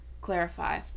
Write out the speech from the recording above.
clarify